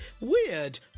Weird